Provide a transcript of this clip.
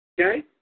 okay